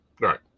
Right